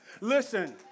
Listen